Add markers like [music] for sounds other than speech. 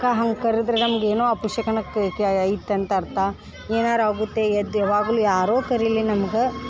[unintelligible] ಹಂಗೆ ಕರೆದ್ರೆ ನಮ್ಗೆ ಏನೋ ಅಪಶಕುನಕ್ಕೂ [unintelligible] ಐತಂತ ಅರ್ಥ ಏನಾರೂ ಆಗುತ್ತೆ ಎದ್ದು ಯಾವಾಗ್ಲೂ ಯಾರೋ ಕರೀಲಿ ನಮ್ಗೆ